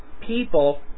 people